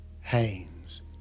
Haynes